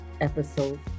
Episode